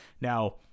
Now